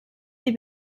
sie